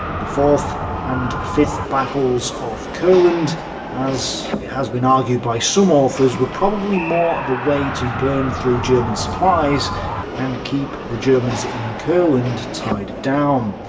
the fourth and fifth battles of courland as it has been argued by some authors were probably more of a way to burn through german supplies and keep the germans in courland tied down,